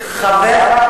כעת,